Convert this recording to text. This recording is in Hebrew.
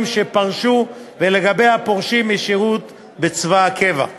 שפרשו ולגבי הפורשים משירות בצבא הקבע.